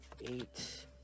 eight